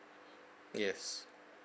yes